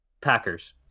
Packers